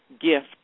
gift